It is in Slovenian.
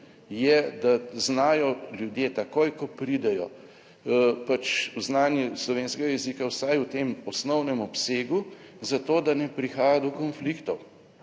je, da znajo ljudje takoj, ko pridejo v znanje slovenskega jezika, vsaj v tem osnovnem obsegu, zato da ne prihaja do konfliktov